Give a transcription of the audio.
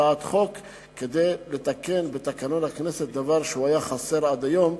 הצעת חוק כדי לתקן בתקנון הכנסת דבר שהיה חסר עד היום.